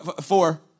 Four